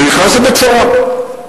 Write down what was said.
ונכנס לבית-סוהר,